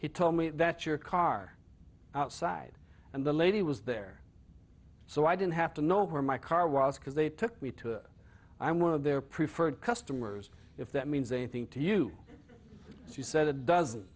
he told me that your car outside and the lady was there so i didn't have to know where my car was because they took me to i'm one of their preferred customers if that means anything to you she said a do